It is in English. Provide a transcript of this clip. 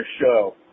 show